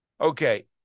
Okay